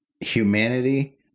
humanity